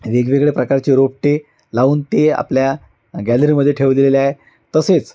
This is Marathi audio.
वेगवेगळ्या प्रकारचे रोपटे लावून ते आपल्या गॅलरीमध्ये ठेवलेले आहे तसेच